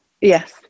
Yes